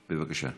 בבקשה.